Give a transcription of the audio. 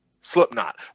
Slipknot